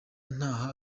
ntaha